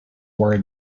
were